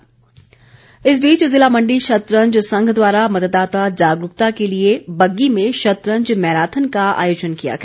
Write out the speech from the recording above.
शतरंज इस बीच ज़िला मण्डी शतरंज संघ द्वारा मतदाता जागरूकता के लिए बग्गी में शतरंज मैराथन का आयोजन किया गया